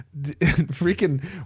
Freaking